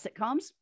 Sitcoms